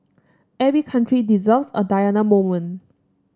every country deserves a Diana moment